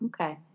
Okay